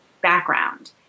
background